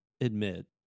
admit